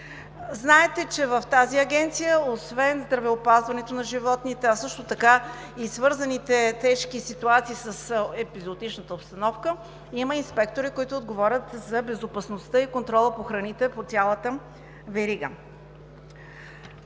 Знаете, че в тази Агенция, освен здравеопазването на животните, а и свързаните тежки ситуации с епизоотичната обстановка, има инспектори, които отговарят за безопасността и контрола по храните по цялата верига.